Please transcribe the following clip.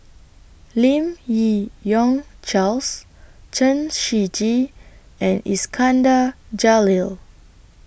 Lim Yi Yong Charles Chen Shiji and Iskandar Jalil